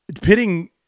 pitting